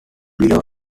below